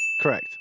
Correct